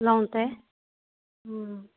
লওঁতে